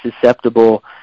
susceptible